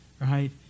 right